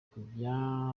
kujya